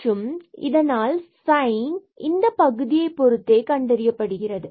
மற்றும் இதனால் சைன் இந்த பகுதியைப் பொறுத்தே கண்டறியப்படுகிறது